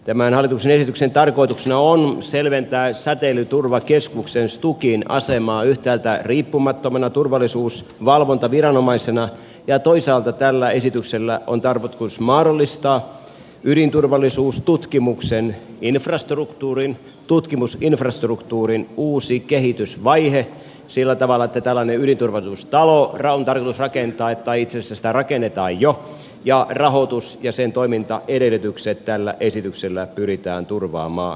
tämän hallituksen esityksen tarkoituksena on selventää säteilyturvakeskuksen stukin asemaa yhtäältä riippumattomana turvallisuusvalvontaviranomaisena ja toisaalta tällä esityksellä on tarkoitus mahdollistaa ydinturvallisuustutkimuksen tutkimusinfrastruktuurin uusi kehitysvaihe sillä tavalla että ydinturvallisuustalo on tarkoitus rakentaa tai itse asiassa sitä rakennetaan jo ja rahoitus ja sen toimintaedellytykset tällä esityksellä pyritään turvaamaan